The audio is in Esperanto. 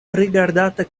rigardata